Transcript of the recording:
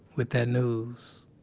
with that news,